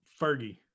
Fergie